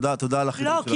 תודה על החידוד של הדברים.